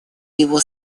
его